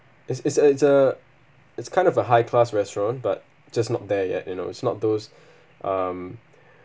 it's it's a it's a it's kind of a high class restaurant but just not there yet you know it's not those um